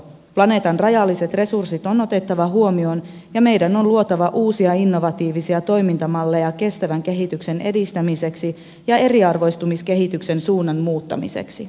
planeetan rajalliset resurssit on otettava huomioon ja meidän on luotava uusia innovatiivisia toimintamalleja kestävän kehityksen edistämiseksi ja eriarvoistumiskehityksen suunnan muuttamiseksi